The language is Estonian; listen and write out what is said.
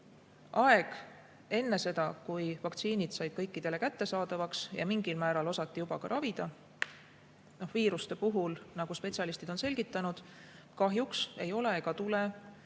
aeg enne seda, kui vaktsiinid said kõikidele kättesaadavaks ja mingil määral osati juba ka ravida. Viiruste puhul, nagu spetsialistid on selgitanud, kahjuks ei ole ega tule